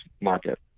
market